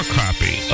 copy